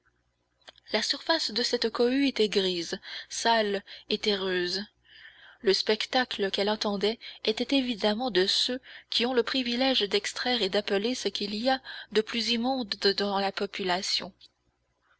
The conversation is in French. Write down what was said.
la surface de cette cohue était grise sale et terreuse le spectacle qu'elle attendait était évidemment de ceux qui ont le privilège d'extraire et d'appeler ce qu'il y a de plus immonde dans la population